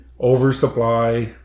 oversupply